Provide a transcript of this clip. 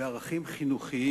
מערכת החינוך,